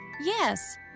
Yes